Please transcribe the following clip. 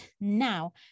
now